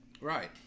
Right